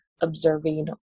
observing